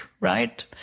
right